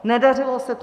Nedařilo se to.